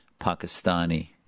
Pakistani